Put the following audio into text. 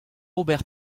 ober